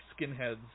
skinheads